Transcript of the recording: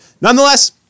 Nonetheless